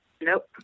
Nope